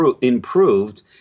improved